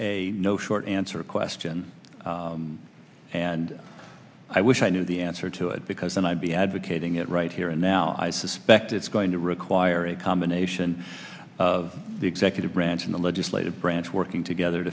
a no short answer question and i wish i knew the answer to it because then i'd be advocating it right here and now i suspect it's going to require a combination of the executive branch and the legislative branch working together